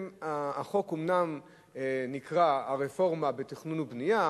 החוק אומנם נקרא "הרפורמה בתכנון ובנייה",